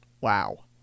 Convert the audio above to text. Wow